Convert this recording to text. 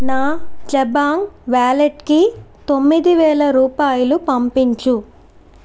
నా జబాంగ్ వ్యాలెట్కి తొమ్మిదివేల రూపాయలు పంపించు